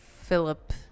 Philip